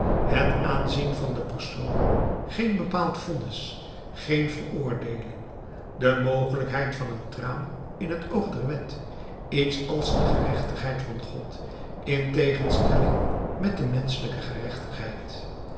het aanzien van den persoon geen bepaald vonnis geen veroordeeling de mogelijkheid van een traan in het oog der wet iets als de gerechtigheid van god in tegenstelling met de menschelijke gerechtigheid